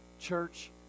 church